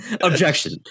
Objection